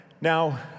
Now